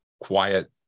quiet